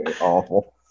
awful